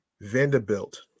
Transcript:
Vanderbilt